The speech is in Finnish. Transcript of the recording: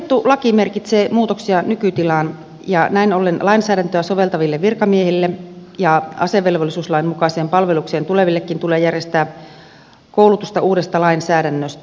ehdotettu laki merkitsee muutoksia nykytilaan ja näin ollen lainsäädäntöä soveltaville virkamiehille ja asevelvollisuuslain mukaiseen palvelukseen tulevillekin tulee järjestää koulutusta uudesta lainsäädännöstä